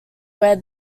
where